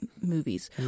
movies